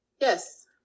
Yes